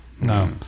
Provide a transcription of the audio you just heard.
No